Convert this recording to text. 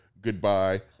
goodbye